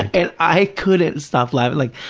and i couldn't stop laughing. like,